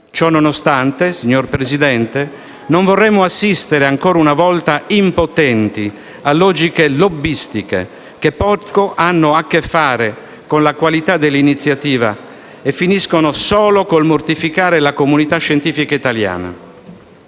Ciononostante, signor Presidente, non vorremmo assistere ancora una volta impotenti a logiche lobbistiche, che poco hanno a che fare con la qualità dell'iniziativa e che finiscono solo col mortificare la comunità scientifica italiana.